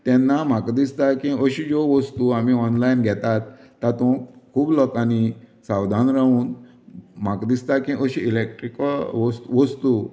तेन्ना म्हाका दिसता की अश्यो ज्यो वस्तूं आमी ऑनलायन घेतात तातूंत खूब लोकांनी सावधान रावून म्हाका दिसता की अशीं इलेक्ट्रीकल वस्त वस्तूं